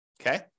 okay